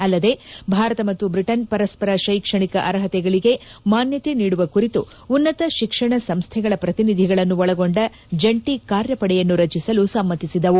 ಅಲ್ಲದೆ ಭಾರತ ಮತ್ತು ಬ್ರಿಟನ್ ಪರಸ್ವರ ಶೈಕ್ಷಣಿಕ ಅರ್ಹತೆಗಳಿಗೆ ಮಾನ್ಯತೆ ನೀಡುವ ಕುರಿತು ಉನ್ನತ ಶಿಕ್ಷಣ ಸಂಸ್ದೆಗಳ ಪ್ರತಿನಿಧಿಗಳನ್ನು ಒಳಗೊಂಡ ಜಂಟಿ ಕಾರ್ಯಪಡೆಯನ್ನು ರಚಿಸಲು ಸಮ್ಮತಿಸಿದವು